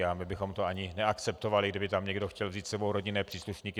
A my bychom ani neakceptovali, kdyby tam někdo chtěl vzít s sebou rodinné příslušníky.